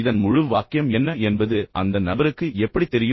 இதன் முழு வாக்கியம் என்ன என்பது அந்த நபருக்கு எப்படித் தெரியும்